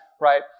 right